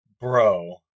bro